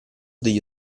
degli